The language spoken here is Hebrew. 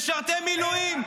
משרתי מילואים,